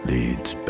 Leads